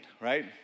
right